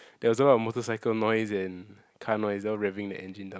there was a lot of motorcycle noise and car noise all raving the engine down